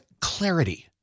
Clarity